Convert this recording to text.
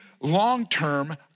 long-term